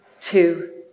two